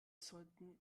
sollten